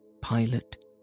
Pilot